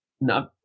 No